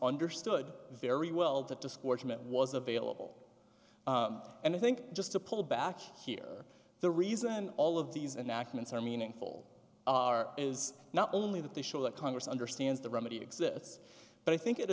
understood very well that discouragement was available and i think just to pull back here the reason all of these and accidents are meaningful are is not only that they show that congress understands the remedy exists but i think it